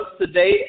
today